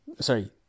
Sorry